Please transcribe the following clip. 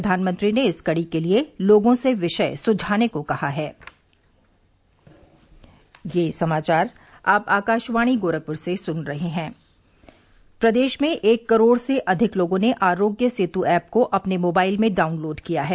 प्रधानमंत्री ने इस कड़ी के लिए लोगों से विषय सुझाने को कहा है प्रदेश में एक करोड़ से अधिक लोगों ने आरोग्य सेतु ऐप को अपने मोबाइल में डाउनलोड किया है